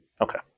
Okay